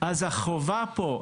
אז החובה פה,